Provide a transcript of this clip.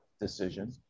decision